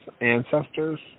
ancestors